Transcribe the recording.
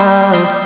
out